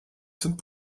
sind